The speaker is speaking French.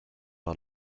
par